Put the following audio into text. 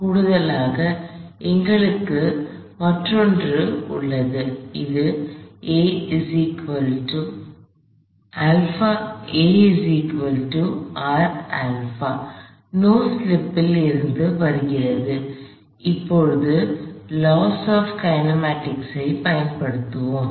கூடுதலாக எங்களுக்கு மற்றொரு உள்ளது அது நோ ஸ்லிப் ல் இருந்து வருகிறது எனவே இப்போது லாஸ் ஆப் கைனமேட்டிக்ஸ் ஐ பயன்படுத்துவோம்